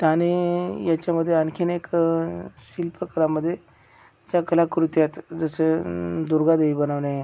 आणि याच्यामध्ये आणखीन एक शिल्पकलामध्ये त्या कलाकृती आहेत जसं दुर्गादेवी बनवणे